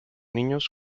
niños